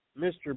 Mr